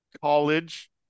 college